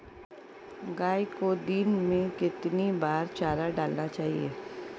गाय को दिन में कितनी बार चारा डालना चाहिए?